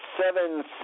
seven